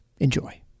Enjoy